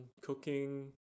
cooking